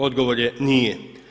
Odgovor je nije.